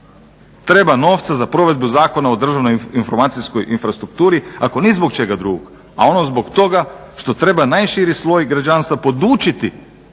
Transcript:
Treba novca za provedbu Zakona o državnoj informacijskoj infrastrukturi ako ni zbog čega drugog, a ono zbog toga što treba najširi sloj građanstva podučiti